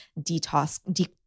Detox